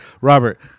Robert